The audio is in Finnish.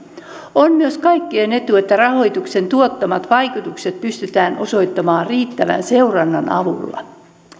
on myös kaikkien etu että rahoituksen tuottamat vaikutukset pystytään osoittamaan riittävän seurannan avulla